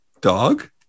Dog